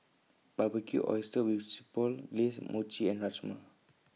Barbecued Oysters with Chipotle Glaze Mochi and Rajma